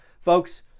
Folks